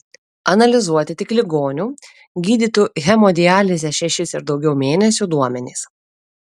analizuoti tik ligonių gydytų hemodialize šešis ir daugiau mėnesių duomenys